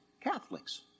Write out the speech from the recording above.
Catholics